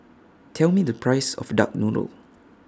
Tell Me The Price of Duck Noodle